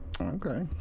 Okay